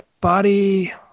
Body